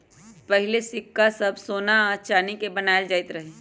पहिले सिक्का सभ सोना आऽ चानी के बनाएल जाइत रहइ